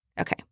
Okay